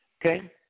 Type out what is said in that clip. Okay